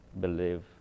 believe